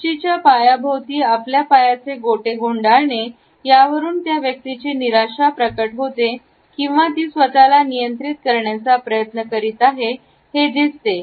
खुर्चीच्या पायाभोवती आपल्या पायाचे गोटे गुंडाळणे यावरून त्या व्यक्तीची निराशा प्रकट होते किंवा ती स्वतःला नियंत्रित करण्याचा प्रयत्न करीत आहे हे दिसते